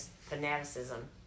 fanaticism